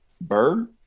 Bird